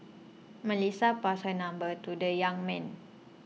Melissa passed her number to the young man